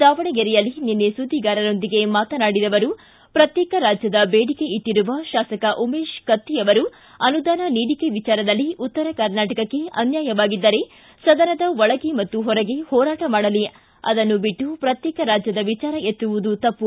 ದಾವಣಗೆರೆಯಲ್ಲಿ ನಿನ್ನೆ ಸುದ್ದಿಗಾರರೊಂದಿಗೆ ಮಾತನಾಡಿದ ಅವರು ಪ್ರತ್ಯೇಕ ರಾಜ್ಯದ ಬೇಡಿಕೆ ಇಟ್ಟರುವ ಶಾಸಕ ಉಮೇಶ್ ಕತ್ತಿ ಅವರು ಅನುದಾನ ನೀಡಿಕೆ ವಿಚಾರದಲ್ಲಿ ಉತ್ತರ ಕರ್ನಾಟಕಕ್ಕೆ ಅನ್ಯಾಯವಾಗಿದ್ದರೆ ಸದನದ ಒಳಗೆ ಮತ್ತು ಹೊರಗೆ ಹೋರಾಟ ಮಾಡಲಿ ಅದನ್ನು ಬಿಟ್ಟು ಪ್ರತ್ಯೇಕ ರಾಜ್ಯದ ವಿಚಾರ ಎತ್ತುವುದು ತಪ್ಪು